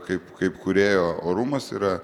kaip kaip kūrėjo orumas yra